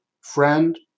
friend